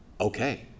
okay